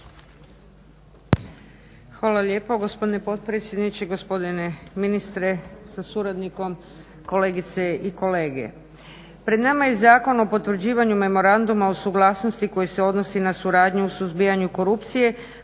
Hvala lijepo. Gospodine potpredsjedniče, gospodine ministre sa suradnikom, kolegice i kolege. Pred nama je Zakona o potvrđivanju Memoranduma o suglasnosti koji se odnosi na suradnju u suzbijanju korupcije